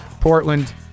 Portland